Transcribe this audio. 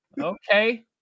okay